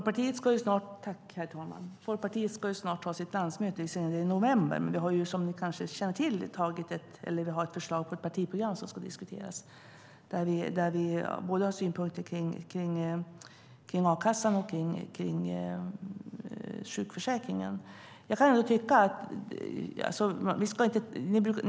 Herr talman! Folkpartiet ska ju ha sitt landsmöte i november. Vi har som ni kanske känner till ett förslag på ett partiprogram som ska diskuteras där vi har synpunkter både på a-kassan och på sjukförsäkringen.